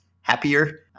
happier